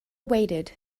waited